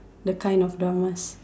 the kind of dramas